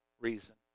reason